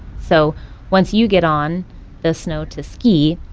so once you get on the snow to ski,